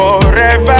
forever